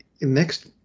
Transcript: next